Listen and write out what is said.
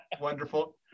wonderful